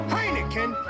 Heineken